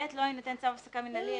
לא יינתן צו הפסקה מינהלי,